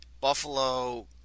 Buffalo